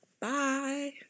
bye